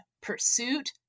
pursuit